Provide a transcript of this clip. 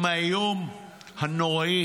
עם האיום הנוראי